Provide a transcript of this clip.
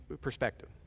perspective